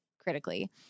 critically